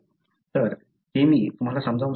तर हे मी तुम्हाला समजावून सांगितले आहे